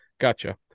Gotcha